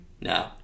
No